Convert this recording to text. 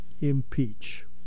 impeach